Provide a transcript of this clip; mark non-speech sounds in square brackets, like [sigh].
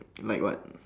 like what [noise]